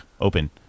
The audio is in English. open